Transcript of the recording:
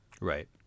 Right